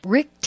Rick